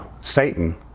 satan